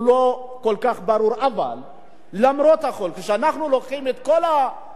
אבל למרות זאת אנחנו לוקחים את כל החקיקה הקיימת היום,